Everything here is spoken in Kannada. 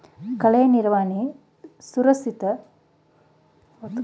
ಕಳೆ ನಿರ್ವಹಣೆಯ ಸುಸ್ಥಿರ ವಿಧಾನವು ಸಸ್ಯನಾಶಕ ನಿರೋಧಕಕಳೆ ಬೆಳವಣಿಗೆಯನ್ನು ಕಡಿಮೆ ಮಾಡಲು ಸಹಾಯ ಮಾಡ್ತದೆ